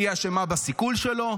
היא אשמה בסיכול שלו,